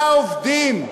לעובדים.